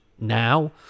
now